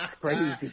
crazy